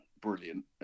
brilliant